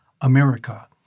America